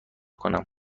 کنم